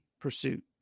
pursuit